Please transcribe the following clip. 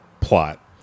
plot